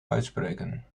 uitspreken